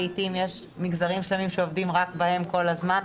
לעיתים יש מגזרים שלמים שעובדים רק בהם כל הזמן,